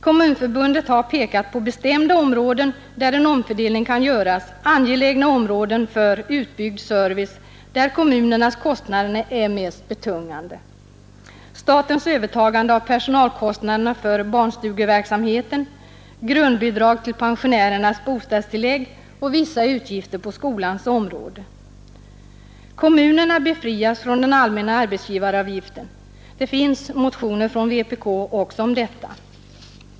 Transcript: Kommunförbundet har pekat på bestämda områden där en omfördelning kan göras — angelägna områden för utbyggd service som är mest betungande för kommunerna — t.ex. statens övertagande av personalkostnaderna för barnstugeverksamheten, grundbidrag till pensionärernas bostadstillägg och vissa utgifter på skolans område. Det gäller även kommunernas befrielse från den allmänna arbetsgivaravgiften. Det finns motioner från vpk också om detta.